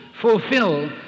fulfill